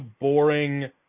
boring